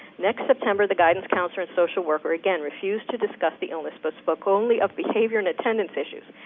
next september, the guidance counselor and social worker again refused to discuss the illness, but spoke only of behavior and attendance issues.